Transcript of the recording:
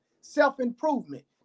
self-improvement